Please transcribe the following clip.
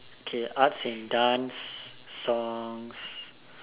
okay arts and dance songs